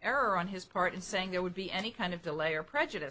error on his part in saying there would be any kind of delay or prejudice